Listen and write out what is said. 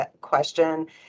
question